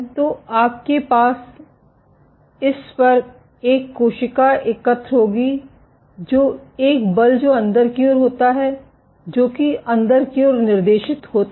तो आपके पास इस पर एक कोशिका एकत्र होगी एक बल जो अंदर की ओर होता है जो कि अंदर की ओर निर्देशित होता है